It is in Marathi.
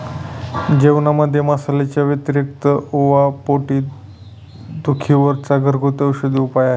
जेवणामध्ये मसाल्यांच्या व्यतिरिक्त ओवा पोट दुखी वर चा घरगुती औषधी उपाय आहे